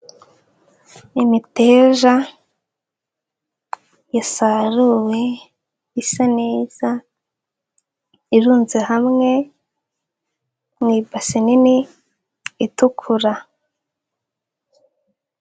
Imiteja yasaruwe isa neza. Irunze hamwe mu ibase nini itukura.